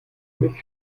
mich